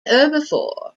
herbivore